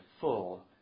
full